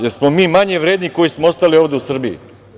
Jesmo li mi manje vredni koji smo ostali ovde u Srbiji?